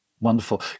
Wonderful